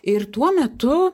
ir tuo metu